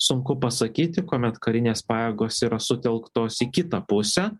sunku pasakyti kuomet karinės pajėgos yra sutelktos į kitą pusę